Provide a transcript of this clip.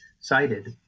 cited